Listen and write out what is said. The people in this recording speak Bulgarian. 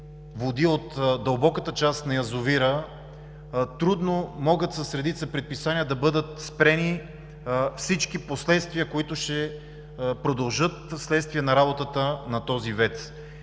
води от дълбоката част на язовира трудно могат с редица предписания да бъдат спрени всички последствия, които ще продължат вследствие на работата на този ВЕЦ?